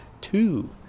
two